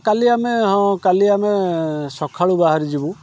କାଲି ଆମେ ହଁ କାଲି ଆମେ ସକାଳୁ ବାହାରିଯିବୁ